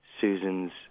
Susan's